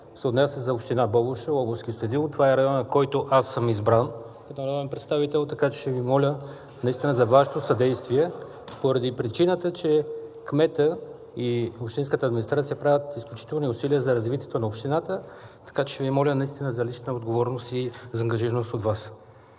отнася за община Бобошево, област Кюстендил. Това е районът, от който аз съм избран като народен представител, така че ще Ви моля наистина за Вашето съдействие поради причина, че кметът и общинската администрация правят изключителни усилия за развитието на общината, така че ще Ви моля наистина за лична отговорност и за ангажираност от Вас.